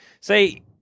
say